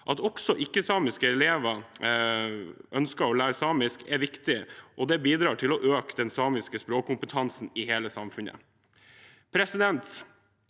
ikke-samiske elever ønsker å lære samisk, er viktig, og det bidrar til å øke den samiskspråklige kompetansen i hele samfunnet.